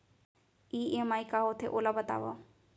EMI का होथे, ओला बतावव